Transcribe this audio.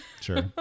sure